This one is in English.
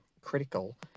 critical